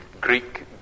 Greek